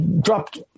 dropped